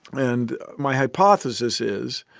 and my hypothesis is,